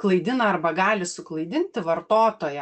klaidina arba gali suklaidinti vartotoją